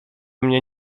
mnie